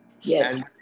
Yes